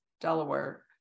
delaware